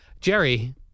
Jerry